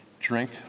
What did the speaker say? drink